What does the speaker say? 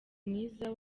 mwiza